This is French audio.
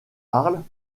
arles